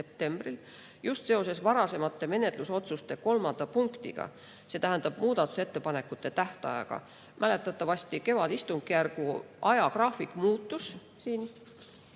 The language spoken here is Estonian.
just seoses varasemate menetlusotsuste kolmanda punktiga, see tähendab muudatusettepanekute tähtajaga. Mäletatavasti kevadistungjärgu ajagraafik muutus ja